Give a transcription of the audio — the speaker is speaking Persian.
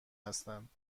هستند